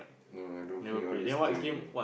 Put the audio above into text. no I don't play all this game